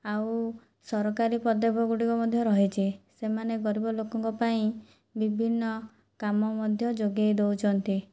ଆଉ ସରକାରୀ ପଦେକ୍ଷପ ଗୁଡ଼ିକ ମଧ୍ୟ ରହିଛି ସେମାନେ ଗରିବ ଲୋକଙ୍କ ପାଇଁ ବିଭିନ୍ନ କାମ ମଧ୍ୟ ଯୋଗାଇ ଦେଉଛନ୍ତି